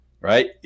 right